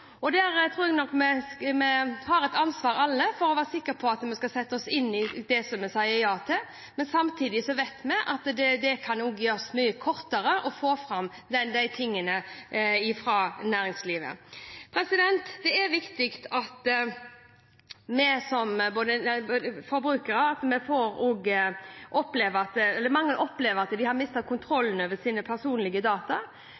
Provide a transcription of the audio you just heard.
Der tror jeg nok at vi alle har et ansvar for å være sikre på at vi setter oss inn i det vi sier ja til, men samtidig vet vi at det kan gjøres mye kortere å få fram dette fra næringslivets side. Mange opplever at de har mistet kontrollen over sine personlige data, og derfor er det viktig at vi nå får på plass den nye loven om personopplysninger. Det blir viktig for alle. Jeg er glad for at